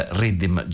rhythm